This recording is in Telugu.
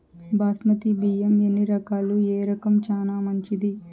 బాస్మతి బియ్యం ఎన్ని రకాలు, ఏ రకం చానా మంచిది?